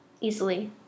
easily